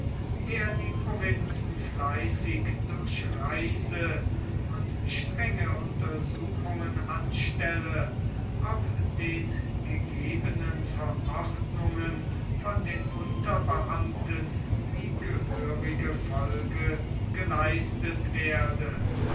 der die provinzen fleißig durchreise und strenge untersuchungen anstelle ob den gegebenen verordnungen von den unterbeamten die gehörige folge geleistet werde